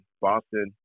boston